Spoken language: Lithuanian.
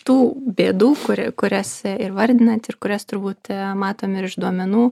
tų bėdų kuri kurias ir vardinant ir kurias turbūt matom ir iš duomenų